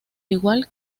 igual